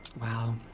Wow